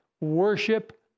Worship